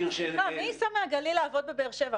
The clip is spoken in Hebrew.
מי ייסע מהגליל לעבוד בבאר שבע?